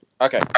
Okay